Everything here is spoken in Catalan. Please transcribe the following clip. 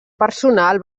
personal